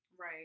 Right